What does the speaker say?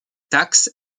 taxe